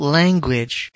language